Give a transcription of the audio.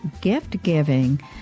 gift-giving